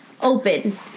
open